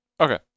Okay